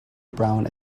brown